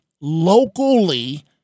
locally